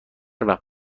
وقت